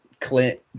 Clint